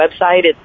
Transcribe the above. website